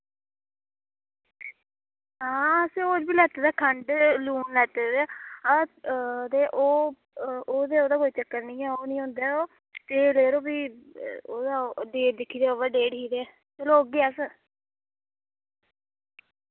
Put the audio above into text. हां असें और बी लैते दा खंड लून लैते दा ते ओह् ओ ते ओह्दा कोई चक्कर नि ऐ ओह् नि होंदा ओ तेल यरो फ्ही ओह्दा ओ डेट दिक्खी ते ओवर डेट ही ते चलो औगे अस